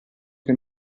che